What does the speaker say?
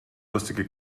lustige